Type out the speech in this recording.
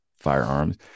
firearms